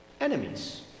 enemies